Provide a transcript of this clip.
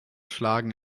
schlagen